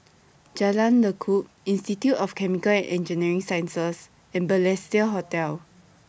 Jalan Lekub Institute of Chemical and Engineering Sciences and Balestier Hotel